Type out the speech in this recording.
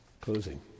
Closing